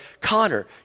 Connor